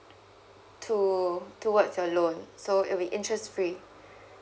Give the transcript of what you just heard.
to towards your loan so it will be interest free